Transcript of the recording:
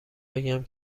بگم